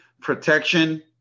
protection